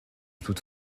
toute